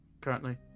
currently